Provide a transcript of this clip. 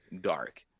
dark